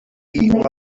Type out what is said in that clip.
heat